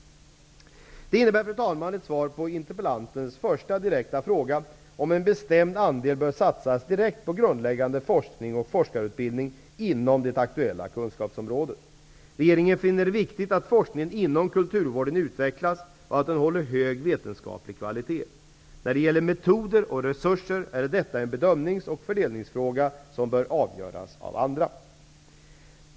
Fru talman! Detta innebär ett svar på interpellantens första direkta fråga, om en bestämd andel bör satsas direkt på grundläggande forskning och forskarutbildning inom det aktuella kunskapsområdet. Regeringen finner det viktigt att forskningen inom kulturvården utvecklas och att den håller hög vetenskaplig kvalitet. När det gäller metoder och resurser är detta en bedömnings och fördelningsfråga som bör avgöras av andra.